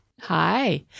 Hi